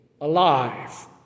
alive